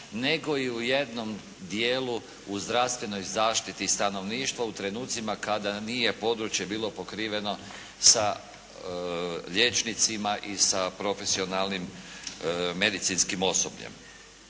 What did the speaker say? nego i u jednom dijelu u zdravstvenoj zaštiti stanovništva u trenucima kada nije područje bilo pokriveno sa liječnicima i sa profesionalnim medicinskim osobljem.